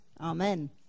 Amen